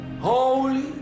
Holy